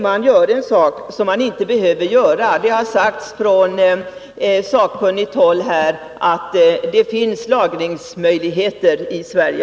Man gör en sak som man inte behöver göra. Det har sagts från sakkunnigt håll att det finns lagringsmöjligheter i Sverige.